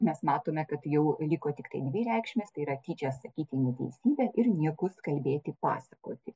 mes matome kad jau liko tiktai dvi reikšmes tai yra tyčia sakyti neteisybę ir niekus kalbėti pasakoti